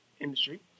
industry